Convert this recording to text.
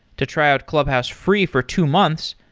to try out clubhouse free for two months,